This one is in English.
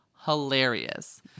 hilarious